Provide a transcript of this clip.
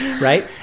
Right